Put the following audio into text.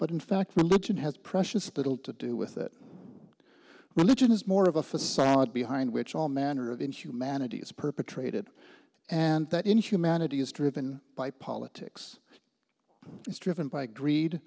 but in fact religion has precious little to do with it religion is more of a facade behind which all manner of inhumanity is perpetrated and that in humanity is driven by politics it's driven by greed